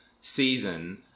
season